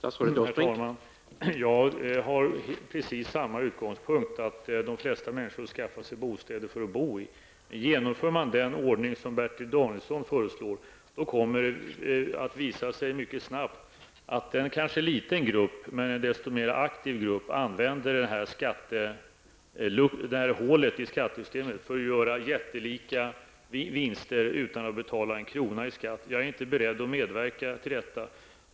Herr talman! Jag har precis samma utgångspunkt, nämligen att de flesta människor skaffar sig bostäder för att bo i. Men genomför man den ordning som Bertil Danielsson föreslår, kommer det mycket snabbt att visa sig att en ganska liten men desto mer aktiv grupp använder detta hål i skattesystemet för att göra jättelika vinster utan att betala en krona i skatt. Jag är inte beredd att medverka till detta.